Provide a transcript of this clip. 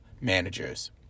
managers